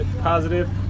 positive